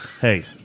Hey